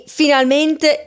finalmente